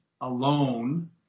alone